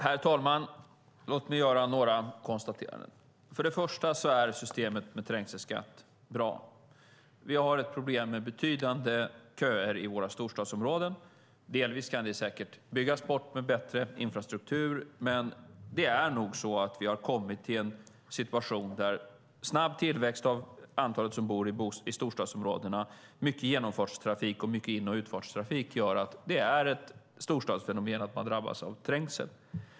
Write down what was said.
Herr talman! Låt mig göra några konstateranden. Först och främst är systemet med trängselskatt bra. Vi har ett problem med betydande köer i våra storstadsområden. Det kan säkert delvis byggas bort med bättre infrastruktur. Men vi har kommit till en situation där en snabb tillväxt av antalet som bor i storstadsområdena med mycket genomfartstrafik och mycket in och utfartstrafik gör att det är ett storstadsfenomen att man drabbas av trängsel.